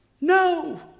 no